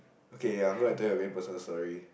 okay I'm going to tell you a very personal story